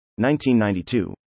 1992